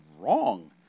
wrong